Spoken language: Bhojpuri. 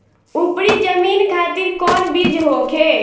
उपरी जमीन खातिर कौन बीज होखे?